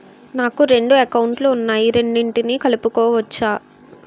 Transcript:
నాకు రెండు అకౌంట్ లు ఉన్నాయి రెండిటినీ కలుపుకోవచ్చా?